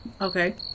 Okay